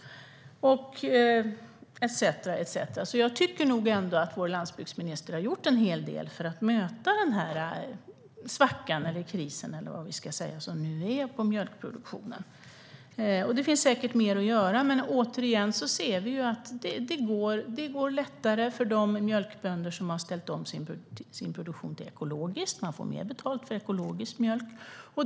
Jag tycker nog ändå att vår landsbygdsminister har gjort en hel del för att möta svackan i mjölkproduktionen. Det finns säkert mer att göra, men vi ser att det går bättre för de mjölkbönder som har ställt om sin produktion till ekologisk. Man får mer betalt för ekologisk mjölk.